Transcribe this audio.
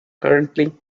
currently